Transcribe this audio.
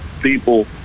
people